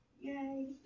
Yay